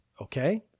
okay